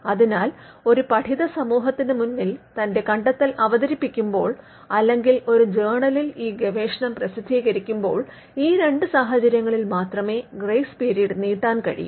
അതിനാൽഒരു പഠിത സമൂഹത്തിന് മുന്നിൽ തന്റെ കണ്ടത്തെൽ അവതരിപ്പിക്കുമ്പോൾ അല്ലെങ്കിൽ ഒരു ജേർണലിൽ ഈ ഗവേഷണം പ്രസിദ്ധീകരിക്കുമ്പോൾ ഈ രണ്ട് സാഹചര്യങ്ങളിൽ മാത്രമേ ഗ്രേസ് പിരീഡ് നീട്ടാൻ കഴിയൂ